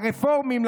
לרפורמים,